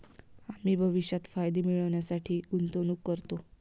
आम्ही भविष्यात फायदे मिळविण्यासाठी गुंतवणूक करतो